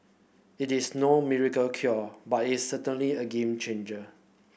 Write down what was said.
it is no miracle cure but it is certainly a game changer